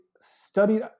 studied